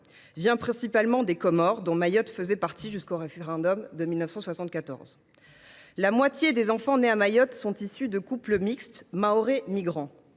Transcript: et principalement des Comores, dont Mayotte faisait partie jusqu’au référendum de 1974. La moitié des enfants nés à Mayotte sont issus de couples mixtes, comprenant